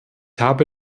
habe